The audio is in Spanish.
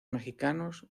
mexicanos